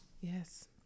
Yes